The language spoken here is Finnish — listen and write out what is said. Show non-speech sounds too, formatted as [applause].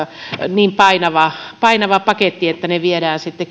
niin painava painava paketti että se viedään sitten [unintelligible]